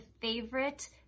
favorite